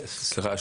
סליחה,